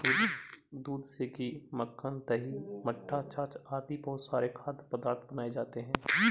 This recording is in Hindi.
दूध से घी, मक्खन, दही, मट्ठा, छाछ आदि बहुत सारे खाद्य पदार्थ बनाए जाते हैं